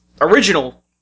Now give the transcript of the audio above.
original